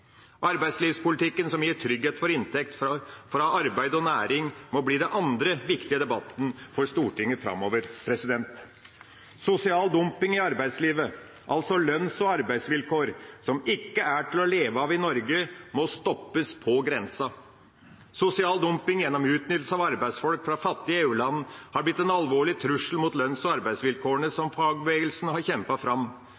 Arbeidslivspolitikken som gir trygghet for inntekt fra arbeid og næring, må bli den andre viktige debatten for Stortinget framover. Sosial dumping i arbeidslivet, altså lønns- og arbeidsvilkår som ikke er til å leve av i Norge, må stoppes på grensa. Sosial dumping gjennom utnyttelse av arbeidsfolk fra fattige EU-land har blitt en alvorlig trussel mot lønns- og arbeidsvilkårene som